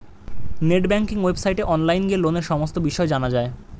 net banking ওয়েবসাইটে online গিয়ে লোনের সমস্ত বিষয় জানা যায়